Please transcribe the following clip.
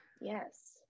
yes